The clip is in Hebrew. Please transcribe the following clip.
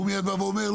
והוא בא ואומר,